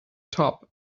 top